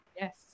Yes